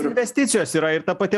investicijos yra ir ta pati